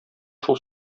шул